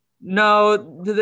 No